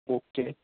okay